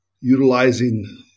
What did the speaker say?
utilizing